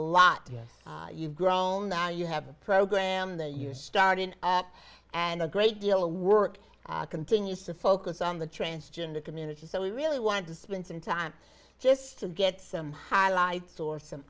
to us you've grown now you have a program that you started and a great deal of work continues to focus on the transgender community so we really want to spend some time just to get some highlights or some